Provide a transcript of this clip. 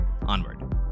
onward